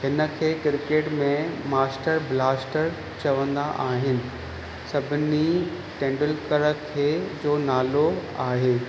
हिनखे क्रिकेट में master blaster चवंदा आहिनि सभिनी टेंडूलकर खे जो नालो आहे